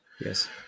Yes